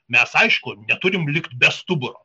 mes aišku neturime likt be stuburo